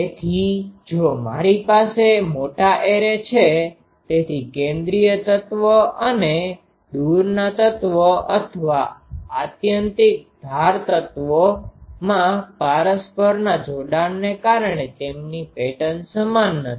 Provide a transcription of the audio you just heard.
તેથી જો મારી પાસે મોટા એરે છે તેથી કેન્દ્રીય તત્વો અને દૂરના તત્વો અથવા આત્યંતિક ધાર તત્વોમાં પરસ્પરના જોડાણને કારણે તેમની પેટર્ન સમાન નથી